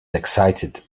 excited